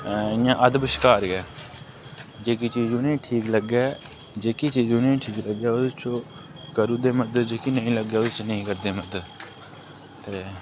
इ'यां अद्ध बश्कार गै जेह्की चीज उ'नें ठीक लग्गै जेह्की चीज उ'नें ठीक लग्गै ओह्दे च ओह् करी ओड़दे मदद जेह्की नेईं लग्गै ओह्दे च नेईं करदे मदद ते